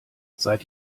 seid